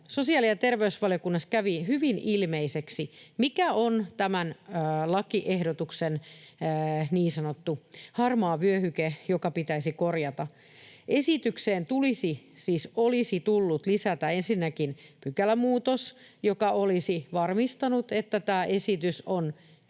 sosiaali‑ ja terveysvaliokunnassa kävi hyvin ilmeiseksi, mikä on tämän lakiehdotuksen niin sanottu harmaa vyöhyke, joka pitäisi korjata. Esitykseen siis olisi tullut lisätä ensinnäkin pykälämuutos, joka olisi varmistanut, että tämä esitys on